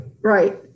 right